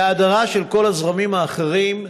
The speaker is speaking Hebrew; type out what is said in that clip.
וההדרה של כל הזרמים האחרים,